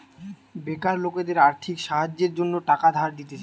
বেকার লোকদের আর্থিক সাহায্যের জন্য টাকা ধার দিতেছে